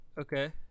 okay